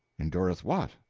endureth what?